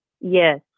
Yes